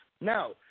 Now